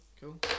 Cool